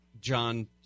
John